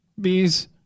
bees